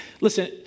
listen